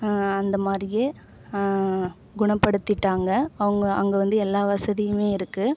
அந்த மாதிரியே குணப்படுத்திட்டாங்க அவங்க அங்கே வந்து எல்லா வசதியுமே இருக்குது